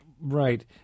Right